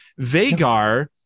Vagar